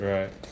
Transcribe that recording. Right